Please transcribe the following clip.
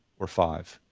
or five.